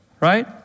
Right